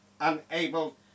Unable